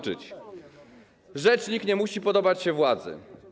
Rzecznik nie musi podobać się władzy.